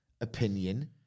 opinion